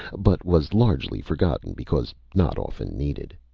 but was largely forgotten because not often needed.